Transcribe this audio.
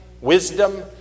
wisdom